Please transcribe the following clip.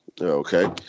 Okay